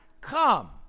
come